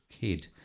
kid